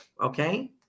Okay